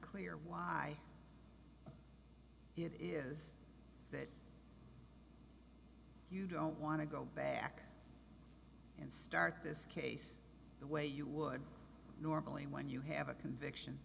clear why it is that you don't want to go back and start this case the way you would normally when you have a conviction